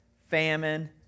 famine